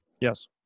Yes